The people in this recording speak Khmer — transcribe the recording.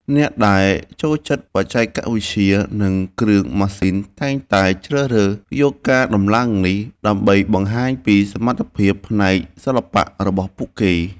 អ្នកដែលចូលចិត្តបច្ចេកវិទ្យា និងគ្រឿងម៉ាស៊ីនតែងតែជ្រើសរើសយកការដំឡើងនេះដើម្បីបង្ហាញពីសមត្ថភាពផ្នែកសិល្បៈរបស់ពួកគេ។